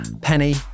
Penny